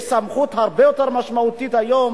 יש סמכות הרבה יותר משמעותית היום